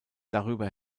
darüber